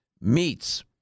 meats